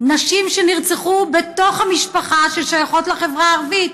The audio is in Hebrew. נשים שנרצחו בתוך המשפחה ששייכות לחברה הערבית.